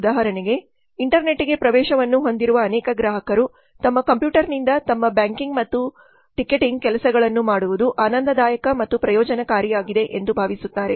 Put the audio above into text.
ಉದಾಹರಣೆಗೆ ಇಂಟರ್ನೆಟ್ಗೆ ಪ್ರವೇಶವನ್ನು ಹೊಂದಿರುವ ಅನೇಕ ಗ್ರಾಹಕರು ತಮ್ಮ ಕಂಪ್ಯೂಟರ್ನಿಂದ ತಮ್ಮ ಬ್ಯಾಂಕಿಂಗ್ ಮತ್ತು ಟಿಕೆಟಿಂಗ್ ಕೆಲಸಗಳನ್ನು ಮಾಡುವುದು ಆನಂದದಾಯಕ ಮತ್ತು ಪ್ರಯೋಜನಕಾರಿಯಾಗಿದೆ ಎಂದುಭಾವಿಸುತ್ತಾರೆ